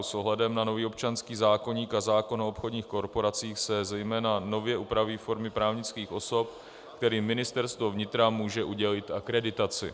S ohledem na nový občanský zákoník a zákon o obchodních korporacích se zejména nově upraví formy právnických osob, kterým Ministerstvo vnitra může udělit akreditaci.